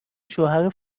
شوهر